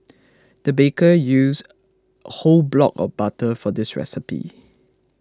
the baker used a whole block of butter for this recipe